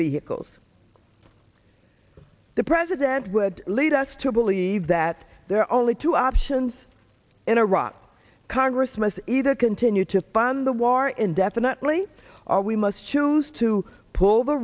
vehicles the president would lead us to believe that there are only two options in iraq congress must either continue to fund the war indefinitely or we must choose to pull the